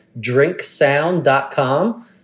drinksound.com